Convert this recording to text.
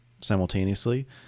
simultaneously